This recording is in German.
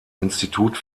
institut